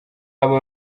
aba